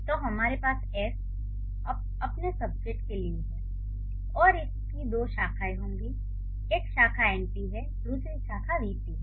तो हमारे पास एस एस अपने सब्जेक्ट के लिए है और इसकी दो शाखाएँ होंगी एक शाखा एनपी है दूसरी शाखा वीपी है